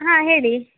ಹಾಂ ಹೇಳಿ